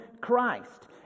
Christ